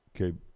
okay